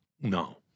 No